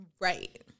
Right